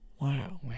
Wow